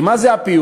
כי מה זה הפיוס?